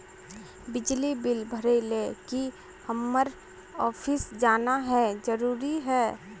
बिजली बिल भरे ले की हम्मर ऑफिस जाना है जरूरी है?